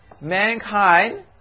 mankind